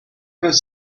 does